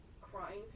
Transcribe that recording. crying